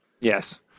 Yes